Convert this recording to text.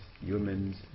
humans